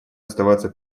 оставаться